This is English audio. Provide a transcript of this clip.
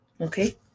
okay